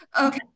okay